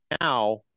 now